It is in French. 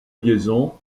liaison